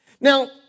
Now